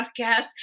podcast